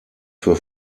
für